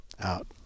out